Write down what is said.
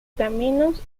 caminos